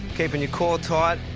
keeping your core tight,